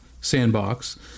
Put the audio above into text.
sandbox